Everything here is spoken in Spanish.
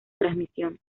transmisión